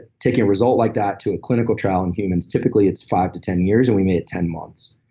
taking a result like that to a clinical trial in humans, typically it's five to ten years, and we made it ten months.